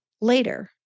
later